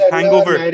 Hangover